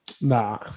nah